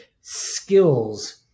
skills